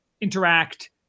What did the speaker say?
interact